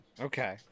Okay